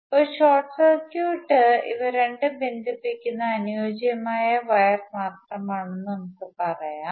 ഒരു short circuit ഇവ രണ്ടും ബന്ധിപ്പിക്കുന്ന അനുയോജ്യമായ വയർ മാത്രമാണ് എന്ന് നമുക്കറിയാം